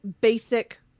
basic